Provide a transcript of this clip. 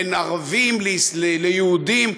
בין ערבים ליהודים.